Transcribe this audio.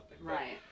Right